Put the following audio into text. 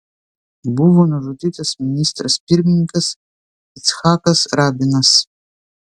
buvo nužudytas ministras pirmininkas icchakas rabinas